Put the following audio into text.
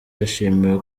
yashimiwe